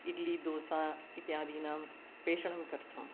इड्लि दोसा इत्यादीनां पेषणं कर्तुम्